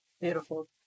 Beautiful